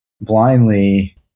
blindly